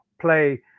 play